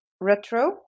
retro